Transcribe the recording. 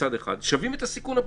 מצד אחד, שווים את הסיכון הבריאותי?